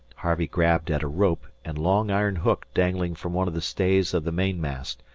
harvey grabbed at a rope and long iron hook dangling from one of the stays of the mainmast,